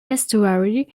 estuary